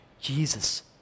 Jesus